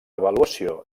avaluació